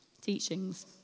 teachings